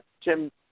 Tim